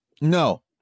No